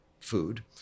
food